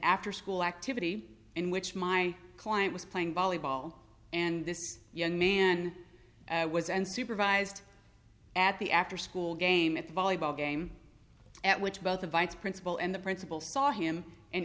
after school activity in which my client was playing volleyball and this young man was and supervised at the after school game at the volleyball game at which both the vice principal and the principal saw him and